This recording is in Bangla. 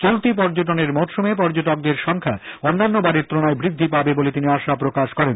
চলতি পর্যটনের মরশুমে পর্যটকদের সংখ্যা অন্যান্য বছরের তুলনায় বৃদ্ধি পাবে বলে তিনি আশা প্রকাশ করেন